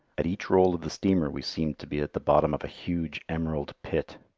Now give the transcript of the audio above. at each roll of the steamer we seemed to be at the bottom of a huge emerald pit.